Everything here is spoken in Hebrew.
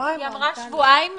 היא אמרה שבועיים.